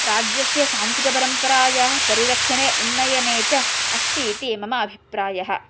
राज्यस्य सांस्कृतिकपरम्परायाः परिरक्षणे उन्नयने च अस्ति इति मम अभिप्रायः